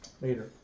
Later